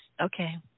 okay